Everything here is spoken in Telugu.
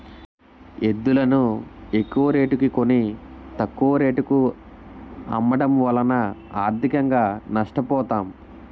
ఎద్దులును ఎక్కువరేటుకి కొని, తక్కువ రేటుకు అమ్మడము వలన ఆర్థికంగా నష్ట పోతాం